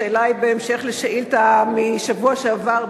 השאלה היא בהמשך לשאילתא משבוע שעבר,